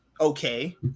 okay